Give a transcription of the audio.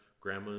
grandma